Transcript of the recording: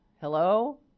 Hello